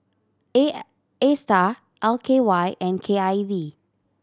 A I Astar L K Y and K I V